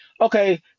Okay